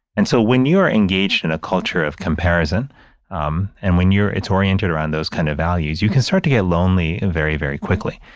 and so when you're engaged in a culture of comparison um and when you're, it's oriented around those kind of values, you can start to get lonely very, very quickly.